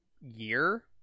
year